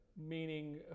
Meaning